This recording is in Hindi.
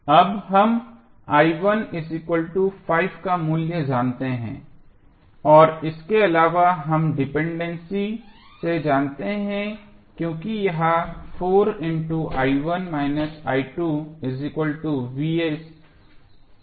अब हम का मूल्य जानते हैं और इसके अलावा हम डिपेंडेंसी से जानते हैं क्योंकि यह कंसन्ट्रेट मान है